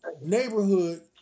neighborhood